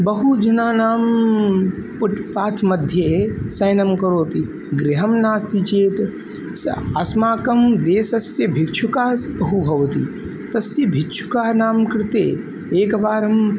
बहु जनानां footpath मध्ये शयनं करोति गृहं नास्ति चेत् अस्माकं देशस्य भिक्षुकाः बहु भवति तस्य भिक्षुकाणां कृते एकवारं